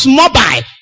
mobile